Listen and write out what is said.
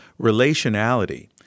relationality